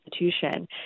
institution